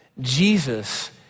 Jesus